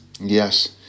yes